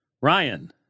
Ryan